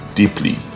deeply